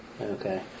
Okay